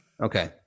Okay